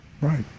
Right